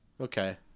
Okay